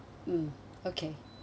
mm okay